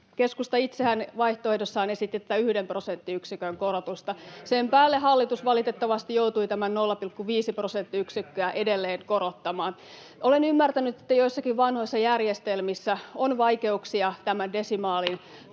Keskustan ryhmästä: Ei mene ihan himoverottamiseen!] Sen päälle hallitus valitettavasti joutui tämän 0,5 prosenttiyksikköä edelleen korottamaan. Olen ymmärtänyt, että joissakin vanhoissa järjestelmissä on vaikeuksia tämän desimaalin